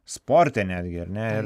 sporte netgi ar ne ir